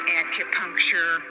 acupuncture